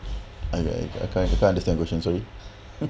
I I I can't understand the question sorry